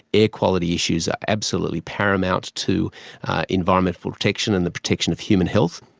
air quality issues are absolutely paramount to environmental protection and the protection of human health.